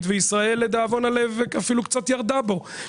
וישראל לדאבון הלב אפילו קצת ירדה בו,